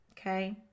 Okay